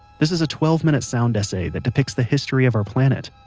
this is a twelve minute sound essay that depicts the history of our planet.